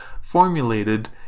formulated